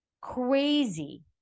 Crazy